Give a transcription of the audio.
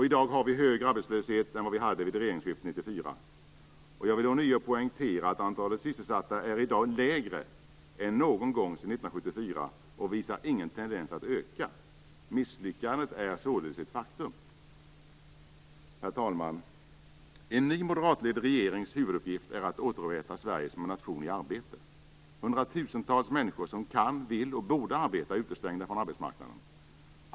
I dag har vi högre arbetslöshet än vad vi hade vid regeringsskiftet 1994. Jag vill ånyo poängtera att antalet sysselsatta i dag är lägre än någon gång sedan 1974 och visar ingen tendens att öka. Misslyckandet är således ett faktum. Herr talman! En ny moderatledd regerings huvuduppgift är att återupprätta Sverige som en nation i arbete. Hundratusentals människor som kan, vill och borde arbeta är utestängda från arbetsmarknaden.